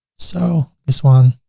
so this one,